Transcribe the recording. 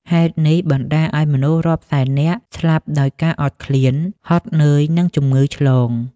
ហេតុនេះបណ្ដាលឱ្យមនុស្សរាប់សែននាក់ស្លាប់ដោយការអត់ឃ្លាន ហត់នឿយ និងជំងឺឆ្លង។